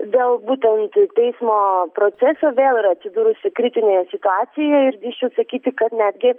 dėl būtent teismo proceso vėl yra atsidūrusi kritinėje situacijoje ir drįsčiau sakyti kad netgi